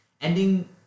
Ending